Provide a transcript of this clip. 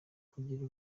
kugeza